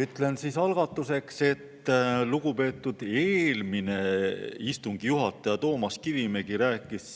Ütlen algatuseks, et lugupeetud eelmine istungi juhataja Toomas Kivimägi rääkis